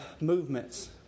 movements